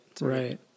Right